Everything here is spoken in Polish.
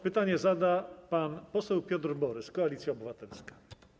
Pytanie zada pan poseł Piotr Borys, Koalicja Obywatelska.